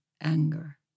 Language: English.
anger